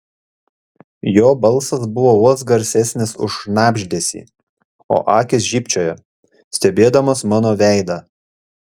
jo balsas buvo vos garsesnis už šnabždesį o akys žybčiojo stebėdamos mano veidą